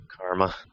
Karma